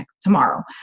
tomorrow